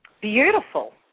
Beautiful